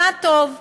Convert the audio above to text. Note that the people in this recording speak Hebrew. מה טוב,